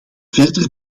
verder